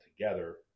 together